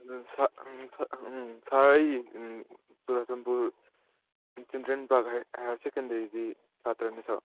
ꯁꯥꯔ ꯑꯩ Churachandpur children park higher ꯁꯦꯀꯦꯟꯗꯔꯤꯒꯤ ꯁꯥꯠꯇ꯭ꯔꯅꯦ ꯁꯥꯔ